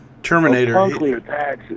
Terminator